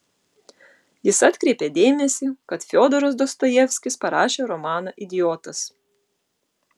jis atkreipė dėmesį kad fiodoras dostojevskis parašė romaną idiotas